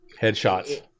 Headshots